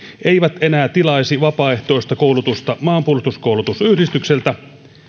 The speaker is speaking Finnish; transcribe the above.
eivät enää tilaisi vapaaehtoista koulutusta maanpuolustuskoulutusyhdistykseltä